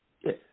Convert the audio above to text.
Yes